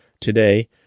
today